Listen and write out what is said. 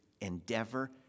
endeavor